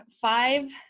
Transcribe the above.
five